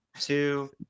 two